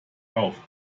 auf